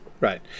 right